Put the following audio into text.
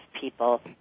people